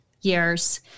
years